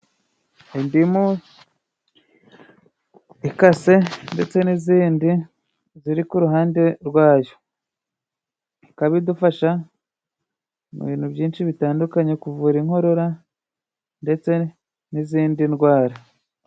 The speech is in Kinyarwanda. Indimu ikase ndetse n'izindi ziri ku ruhande rwayo. Ikabidufasha mu bintu byinshi bitandukanye kuvura inkorora ndetse n'izindi ndwara.